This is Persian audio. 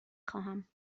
خواهم